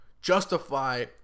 justify